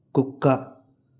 కుక్క